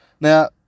Now